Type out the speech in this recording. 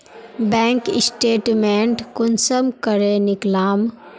Bank statement कुंसम करे निकलाम?